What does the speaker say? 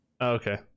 okay